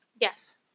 Yes